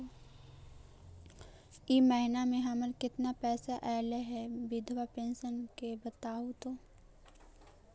इ महिना मे हमर केतना पैसा ऐले हे बिधबा पेंसन के बताहु तो?